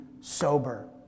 sober